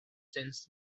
since